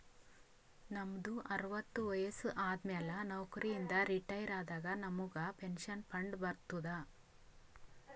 ನಮ್ದು ಅರವತ್ತು ವಯಸ್ಸು ಆದಮ್ಯಾಲ ನೌಕರಿ ಇಂದ ರಿಟೈರ್ ಆದಾಗ ನಮುಗ್ ಪೆನ್ಷನ್ ಫಂಡ್ ಬರ್ತುದ್